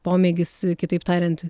pomėgis kitaip tariant